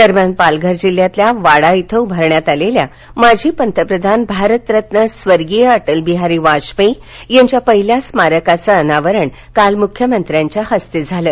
दरम्यान पालघर जिल्ह्यातल्या वाडा इथं उभारण्यात आलेल्या माजी पंतप्रधान भारतरत्न स्वर्गीय अटलबिहारी वाजपेयी यांच्या पाहिल्या स्मारकाचं अनावरण काल मुख्यमंत्र्यांच्या हस्ते झाल